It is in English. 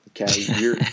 okay